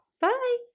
Bye